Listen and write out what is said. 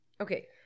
okay